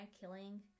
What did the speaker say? killing